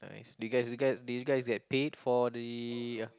nice did guys did guys did you guys get paid for the